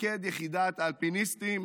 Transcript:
שמפקד יחידת האלפיניסטים,